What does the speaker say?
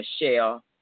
Michelle